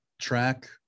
track